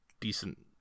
decent